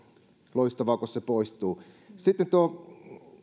loistavaa kun aktiivimallileikkuri poistuu sitten